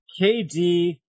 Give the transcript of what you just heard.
KD